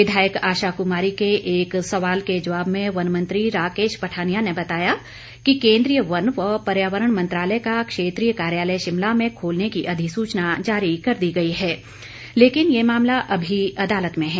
विधायक आशा कुमारी के एक सवाल के जवाब में वन मंत्री राकेश पठानिया ने बताया कि केंद्रीय वन व पर्यावरण मंत्रालय का क्षेत्रीय कार्यालय शिमला में खोलने की अधिसूचना जारी कर दी गई है लेकिन यह मामला अभी अदालत में है